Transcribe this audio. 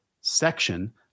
section